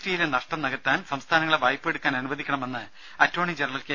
ടിയിലുള്ള നഷ്ടം നികത്താൻ സംസ്ഥാനങ്ങളെ വായ്പയെടുക്കാൻ അനുവദിക്കണമെന്ന് അറ്റോർണി ജനറൽ കെ